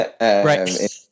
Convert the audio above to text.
Right